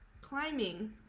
climbing